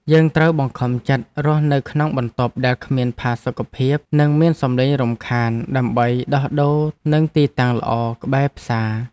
យើងត្រូវបង្ខំចិត្តរស់នៅក្នុងបន្ទប់ដែលគ្មានផាសុកភាពនិងមានសំឡេងរំខាន ដើម្បីដោះដូរនឹងទីតាំងល្អក្បែរផ្សារ។